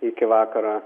iki vakaro